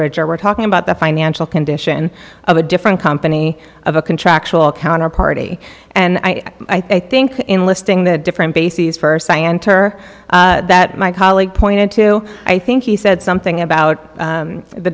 bridge or we're talking about the financial condition of a different company of a contractual counterparty and i i think in listing the different bases for cyan ter that my colleague pointed to i think he said something about